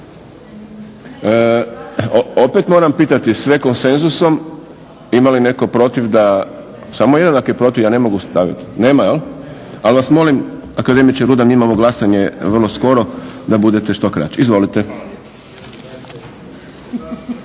Opet moram pitati sve konsenzusom ima li netko protiv da, samo jedan ako je protiv ja ne mogu staviti. Nema? Ali vas molim akademiče Rudan imamo glasanje vrlo skoro da budete što kraći. Izvolite.